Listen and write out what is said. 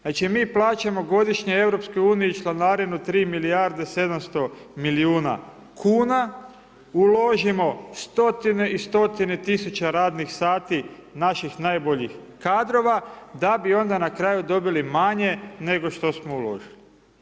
Znači mi plaćamo godišnje EU članarinu 3 milijarde 700 milijuna kuna, uložimo stotine i stotine tisuća radnih sati naših najboljih kadrova, da bi onda na kraju dobili manje nego što smo uložili.